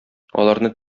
аларны